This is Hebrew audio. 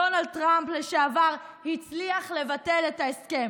לשעבר דונלד טראמפ הצליח לבטל את ההסכם?